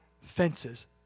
fences